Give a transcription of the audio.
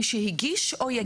מי שהגיש או יגיש?